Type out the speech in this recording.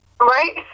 Right